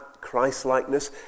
Christ-likeness